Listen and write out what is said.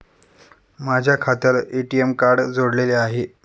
माझ्या खात्याला ATM card जोडलेले आहे